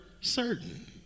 certain